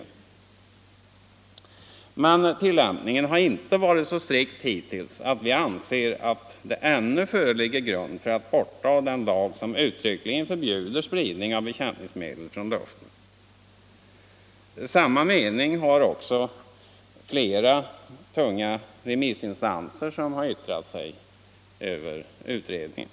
Nr 95 Men tillämpningen har inte varit så strikt hittills att vi anser att det Torsdagen den ännu föreligger grund att ta bort den lag som uttryckligt förbjuder sprid 29 maj 1975 ning av bekämpningsmedel från luften. Samma mening har också flera tunga remissinstanser som har yttrat sig över utredningen.